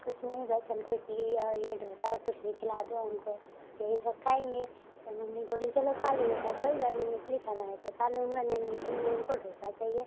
कुछ नहीं बस हमको इडली और ये डोसा कुछ भी खिला दो हमको यही सब खाएंगे तो मम्मी बोली चलो खा लो बेटा कोई बात नहीं इडली खाना है तो खा लो हम कहे नहीं इडली नहीं हमको डोसा चाहिए